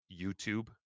YouTube